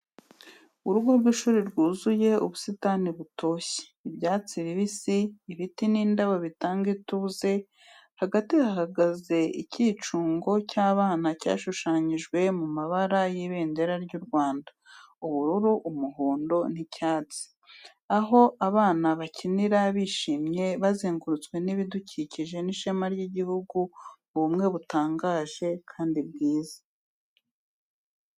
Urugo rw’ishuri rwuzuye ubusitani butoshye, ibyatsi bibisi, ibiti n’indabo bitanga ituze. Hagati hahagaze ikicungo cy’abana cyashushanyijwe mu mabara y’ibendera ry’u Rwanda: ubururu, umuhondo n’icyatsi. Aho abana bakina bishimye, bazengurutswe n’ibidukikije n’ishema ry’igihugu mu bumwe butangaje kandi bwiza.